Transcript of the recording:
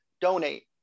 donate